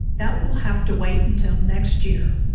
that will have to wait until next year.